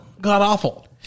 god-awful